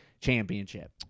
championship